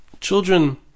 children